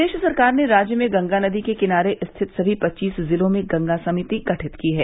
प्रदेश सरकार ने राज्य में गंगा नदी के किनारे स्थित समी पव्वीस जिलों में गंगा समिति गठित की है